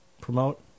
promote